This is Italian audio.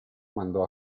mandò